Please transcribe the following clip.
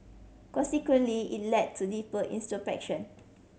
consequently it led to deeper introspection